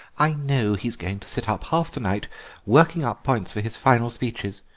i know he's going to sit up half the night working up points for his final speeches,